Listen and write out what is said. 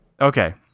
Okay